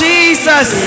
Jesus